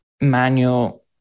manual